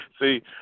see